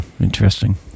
interesting